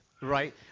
right